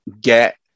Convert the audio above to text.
get